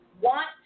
want